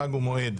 חג ומועד).